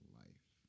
life